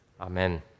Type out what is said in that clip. Amen